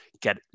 get